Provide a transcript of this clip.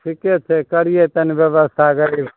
ठीके छै करिये तनी व्वयस्था गरीब